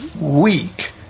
weak